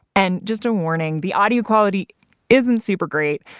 and just a warning, the audio quality isn't super great.